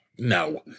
No